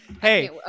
Hey